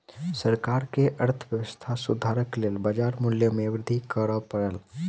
सरकार के अर्थव्यवस्था सुधारक लेल बाजार मूल्य में वृद्धि कर पड़ल